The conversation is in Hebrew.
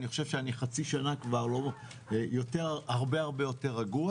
אני חושב שאני כבר חצי שנה הרבה יותר רגוע,